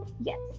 Yes